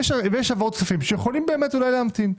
יש העברות כספים שיכולות באמת אולי להמתין,